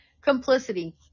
Complicity